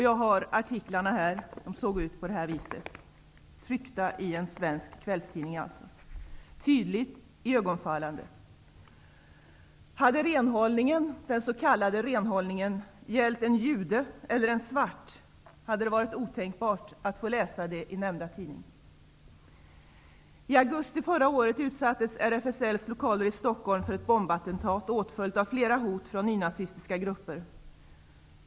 Jag har artiklarna här, och så här såg artikeln ut. Det som ni ser här var alltså tryckt i en svensk kvällstidning, tydligt och iögonfallande. Om den s.k. renhållningen hade gällt en jude eller en svart, hade det varit otänkbart att läsa det i nämnda tidning. Stockholm för ett bombattentat, åtföljt av flera hot från nynazistiska grupper.